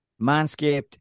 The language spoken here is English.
Manscaped